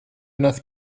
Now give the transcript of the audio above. enough